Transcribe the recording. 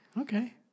okay